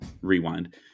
rewind